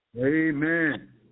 Amen